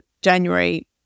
January